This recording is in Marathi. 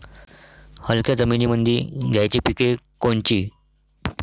हलक्या जमीनीमंदी घ्यायची पिके कोनची?